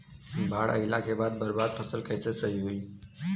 बाढ़ आइला के बाद बर्बाद फसल कैसे सही होयी?